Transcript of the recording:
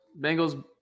Bengals